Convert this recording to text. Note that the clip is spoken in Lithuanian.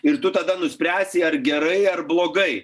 ir tu tada nuspręsi ar gerai ar blogai